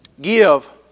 give